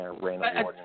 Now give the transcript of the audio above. random